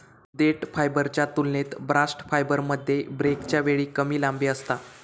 देठ फायबरच्या तुलनेत बास्ट फायबरमध्ये ब्रेकच्या वेळी कमी लांबी असता